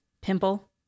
Pimple